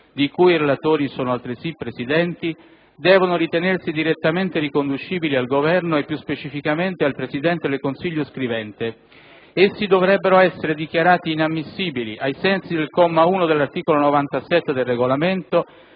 di cui i relatori sono altresì Presidenti, devono ritenersi direttamente riconducibili al Governo e, più specificamente, al Presidente del Consiglio scrivente. Essi dovrebbero essere dichiarati inammissibili ai sensi del comma 1 dell'articolo 97 del Regolamento,